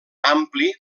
ampli